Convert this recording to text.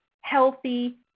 healthy